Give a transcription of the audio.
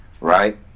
right